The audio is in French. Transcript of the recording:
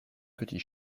petits